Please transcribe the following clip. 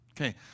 Okay